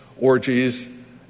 orgies